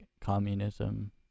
communism